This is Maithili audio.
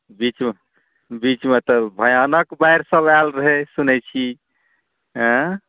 बीचमे तऽ भयानक बाढ़िसभ आयल रहै सुनै छी आँय